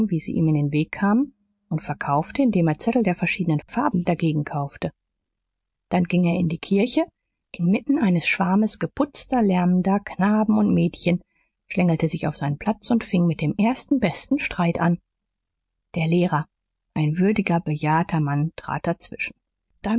wie sie ihm in den weg kamen und verkaufte indem er zettel der verschiedenen farben dagegen kaufte dann ging er in die kirche inmitten eines schwarmes geputzter lärmender knaben und mädchen schlängelte sich auf seinen platz und fing mit dem ersten besten streit an der lehrer ein würdiger bejahrter mann trat dazwischen dann